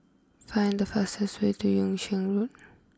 find the fastest way to Yung Sheng Road